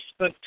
Facebook